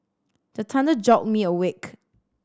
the thunder jolt me awake